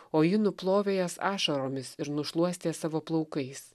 o ji nuplovė jas ašaromis ir nušluostė savo plaukais